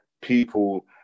people